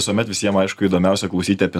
visuomet visiem aišku įdomiausia klausyti apie